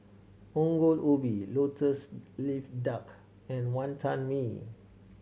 Ongol Ubi Lotus Leaf Duck and Wantan Mee